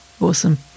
Awesome